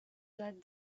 that